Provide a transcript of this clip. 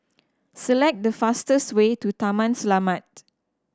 select the fastest way to Taman Selamat